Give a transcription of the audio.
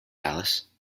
alice